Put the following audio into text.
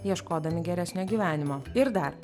ieškodami geresnio gyvenimo ir dar